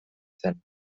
zen